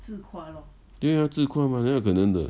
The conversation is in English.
当然自夸哪里有可能的